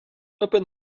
open